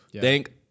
Thank